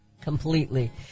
completely